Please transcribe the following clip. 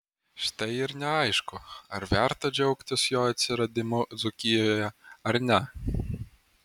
štai ir neaišku ar verta džiaugtis jo atsiradimu dzūkijoje ar ne